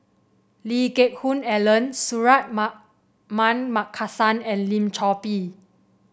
Lee Geck Hoon Ellen Markasan and Lim Chor Pee